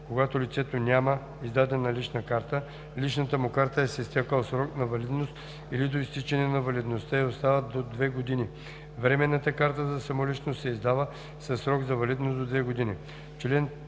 Когато лицето няма издадена лична карта, личната му карта е с изтекъл срок на валидност или до изтичане на валидността ѝ остават до две години, временната карта за самоличност се издава със срок на валидност две години.